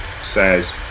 says